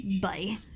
Bye